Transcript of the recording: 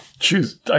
choose